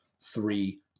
three